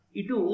itu